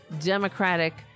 democratic